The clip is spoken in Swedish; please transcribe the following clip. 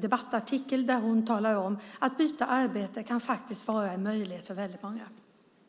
Där talade hon om att ett byte av arbete faktiskt kan vara en möjlighet för många.